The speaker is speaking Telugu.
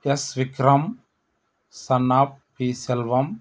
yes Vikram son of P Selvam